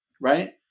right